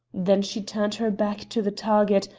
then she turned her back to the target,